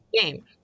game